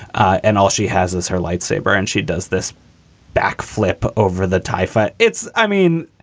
and all she has is her light saber. and she does this back flip over the tie fight. it's i mean,